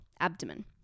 abdomen